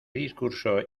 discurso